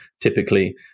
typically